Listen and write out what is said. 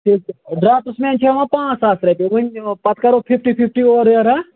ٹھیٖک چھُ draftsman چھُ ہٮ۪وان پانٛژہ ساس رۄپیہِ وۅنۍ پتہٕ کَرو فِفٹی فِفٹی اورٕیور